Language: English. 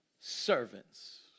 servants